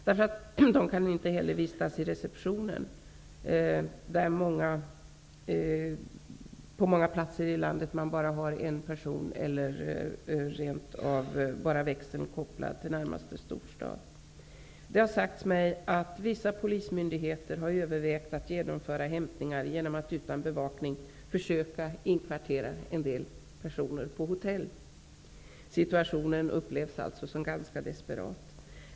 Den omhändertagne kan inte heller vistas i receptionen, eftersom man på många platser i landet bara har en tjänstgörande på natten eller bara har växeln kopplad till närmaste storstad. Det har sagts mig att vissa polismyndigheter har övervägt att genomföra hämtningar genom att utan bevakning försöka inkvartera den hämtade på hotell. Situationen upplevs alltså som ganska desperat.